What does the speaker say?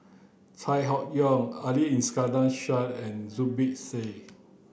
Chai Hon Yoong Ali Iskandar Shah and Zubir Said